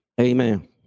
Amen